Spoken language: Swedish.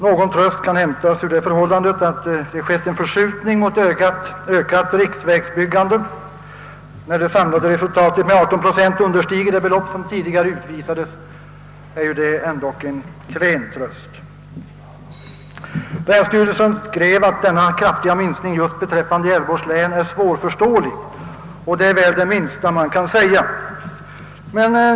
Någon tröst kan hämtas ur det förhållandet att det skett en förskjutning mot ökat riksvägsbyggande. Mot bakgrunden av att det samlade resultatet med 18 procent understiger det belopp som tidigare anvisats är detta ändock en klen tröst. Länsstyrelsen anförde att denna kraftiga minskning beträffande Gävleborgs län är svårförståelig, och det är det minsta man kan säga.